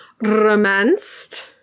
romanced